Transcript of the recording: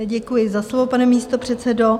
Děkuji za slovo, pane místopředsedo.